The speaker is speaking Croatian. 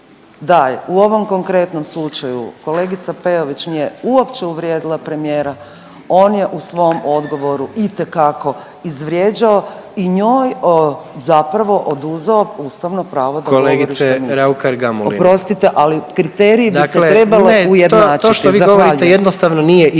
u ovom konkretnom slučaju kolegica Peović nije uopće uvrijedila premijera, on je u svom odgovoru itekako izvrijeđao i njoj zapravo oduzeo ustavno pravo da govori što misli. …/Upadica: Kolegice Raukar Gamulin./… Oprostite ali kriterije bi se trebalo ujednačiti. Zahvaljujem.